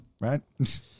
right